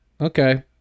okay